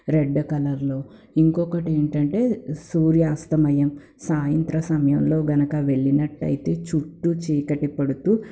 red కలర్లో ఇంకొకటేంటంటే సూర్యాస్తమయం సాయంత్రసమయంలో కనక వెళ్ళినట్టయితే చుట్టూ చీకటి పడుతూ